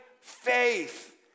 faith